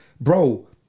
bro